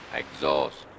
exhaust